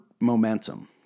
momentum